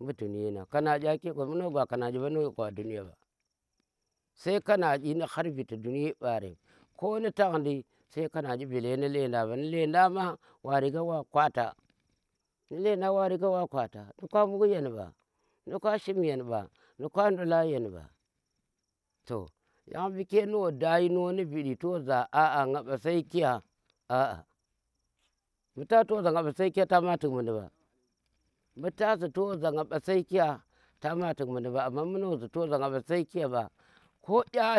mbu dunye nang kanadi kye gwar mbu no gwa kanadi ba no gwa kanadi no gwa dunya mba sai kanadi nu har viti dunye mbarem ko nu tandi sai kanadi belle nu lendan ma wariga wa kwat, nu lendang ma wa riga wa gwata nuk a mbu yen mba nduk a dola yen mba to yan buke no da yino nu vid to za aa mbu na ba sai kiya aa mbu ta ziza mbu nga sai kiya tama tuk mundi mba, mbu ta zi nga mba sai kiya tama tik mundan mba amma mbu no za nga mba sai kiya mba ko kya.